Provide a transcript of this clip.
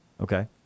Okay